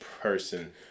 person